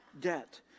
debt